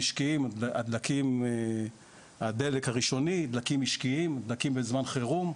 הדלקים המשקיים, הדלק הראשוני, דלקים בזמן חירום.